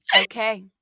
Okay